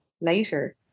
later